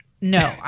No